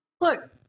Look